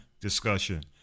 discussion